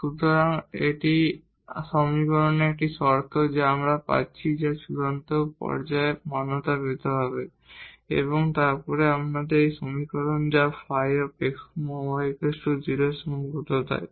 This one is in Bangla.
সুতরাং এটি সমীকরণের একটি শর্ত যা আমরা পাচ্ছি যা এক্সট্রিমা পর্যায়ে মান্যতা পেতে হবে এবং তারপর এই সমীকরণ যা ϕ x y 0 এর সীমাবদ্ধতায়